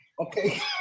Okay